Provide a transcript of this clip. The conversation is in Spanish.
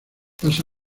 pasa